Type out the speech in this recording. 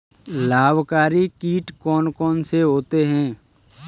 लाभकारी कीट कौन कौन से होते हैं?